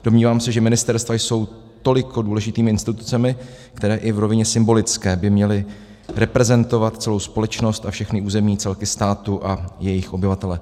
Domnívám se, že ministerstva jsou tolik důležitými institucemi, které i v rovině symbolické by měly reprezentovat celou společnost a všechny územní celky státu a jejich obyvatele.